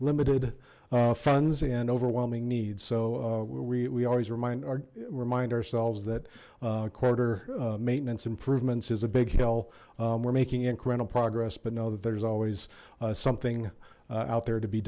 limited funds and overwhelming needs so we always remind or remind ourselves that quarter maintenance improvements is a big hill we're making incremental progress but know that there's always something out there to be